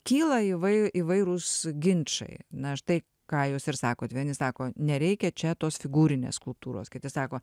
kyla įvai įvairūs ginčai na štai ką jūs ir sakot vieni sako nereikia čia tos figūrinės skulptūros kiti sako